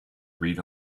read